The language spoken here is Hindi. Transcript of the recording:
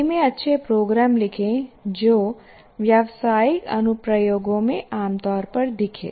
C में अच्छे प्रोग्राम लिखें जो व्यावसायिक अनुप्रयोगों में आमतौर पर दिखे